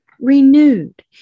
renewed